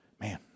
Man